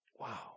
Wow